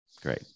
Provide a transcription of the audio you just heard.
Great